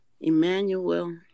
Emmanuel